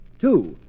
Two